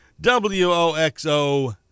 W-O-X-O